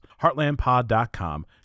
Heartlandpod.com